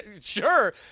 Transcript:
sure